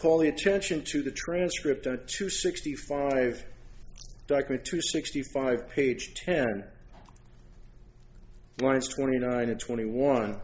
call the attention to the transcript or to sixty five to sixty five page ten lines twenty nine to twenty one